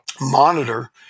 monitor